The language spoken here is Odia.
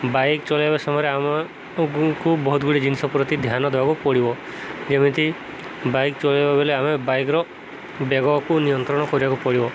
ଚଲେଇବା ସମୟରେ ଆମକୁ ବହୁତ ଗୁଡ଼ିଏ ଜିନିଷ ପ୍ରତି ଧ୍ୟାନ ଦେବାକୁ ପଡ଼ିବ ଯେମିତି ବାଇକ୍ ଚଲେଇବାବେଳେ ଆମେ ବାଇକ୍ର ବେଗକୁ ନିୟନ୍ତ୍ରଣ କରିବାକୁ ପଡ଼ିବ